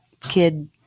kid